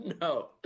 No